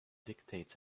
dictates